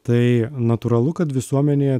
tai natūralu kad visuomenėje